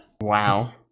Wow